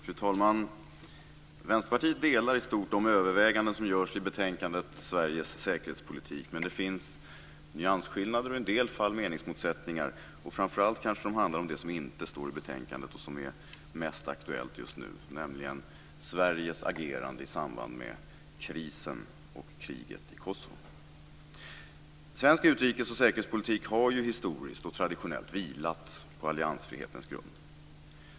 Fru talman! Vänsterpartiet delar i stort de överväganden som görs i betänkandet Sveriges säkerhetspolitik. Men det finns nyansskillnader och i en del fall meningsmotsättningar. Framför allt kanske de handlar om det som inte står i betänkandet och som är mest aktuellt just nu, nämligen Sveriges agerande i samband med krisen och kriget i Kosovo. Svensk utrikes och säkerhetspolitik har ju historiskt och traditionellt vilat på alliansfrihetens grund.